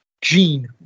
Gene